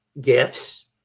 gifts